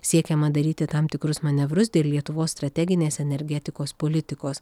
siekiama daryti tam tikrus manevrus dėl lietuvos strateginės energetikos politikos